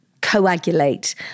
coagulate